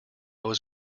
was